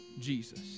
Jesus